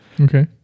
Okay